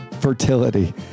fertility